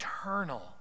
eternal